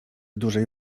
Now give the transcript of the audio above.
dużej